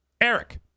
eric